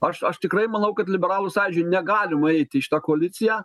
aš aš tikrai manau kad liberalų sąjūdžiui negalima eiti į šitą koaliciją